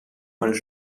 eines